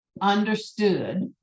understood